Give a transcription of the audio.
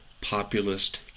populist